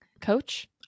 coach